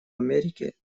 америки